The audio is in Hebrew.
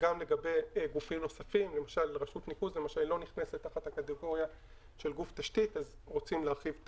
אנחנו הוצאנו קול קורא ואנחנו צופים שיהיו